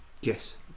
Yes